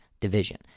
division